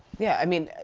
yeah, i mean,